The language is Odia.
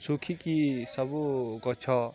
ଶୁଖିକି ସବୁ ଗଛ